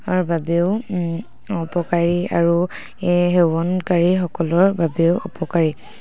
বাবেও অপকাৰী আৰু এই সেৱনকাৰীসকলৰ বাবেও অপকাৰী